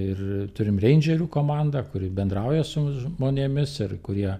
ir turim reindžerių komandą kuri bendrauja su žmonėmis ir kurie